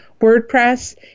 WordPress